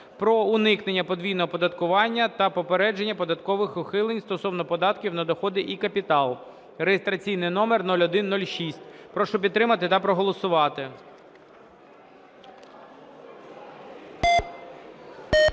про уникнення подвійного оподаткування та попередження податкових ухилень стосовно податків на доходи і капітал (реєстраційний номер 0106). Прошу підтримати та проголосувати.